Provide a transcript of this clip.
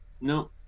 no